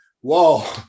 whoa